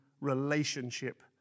relationship